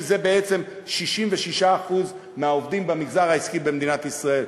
שזה בעצם 66% מהעובדים במגזר העסקי במדינת ישראל,